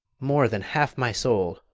more than half my soul